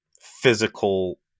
physical